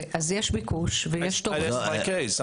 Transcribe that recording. I rest my case.